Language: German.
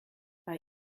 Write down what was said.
bei